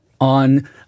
on